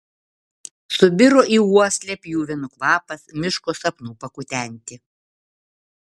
subiro į uoslę pjuvenų kvapas miško sapnų pakutenti